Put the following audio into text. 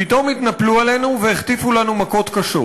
פתאום התנפלו עלינו והחטיפו לנו מכות קשות.